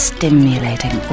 Stimulating